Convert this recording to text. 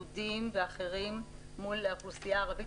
יהודים ואחרים מול האוכלוסייה הערבית,